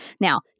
Now